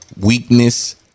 weakness